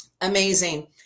amazing